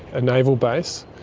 a naval base.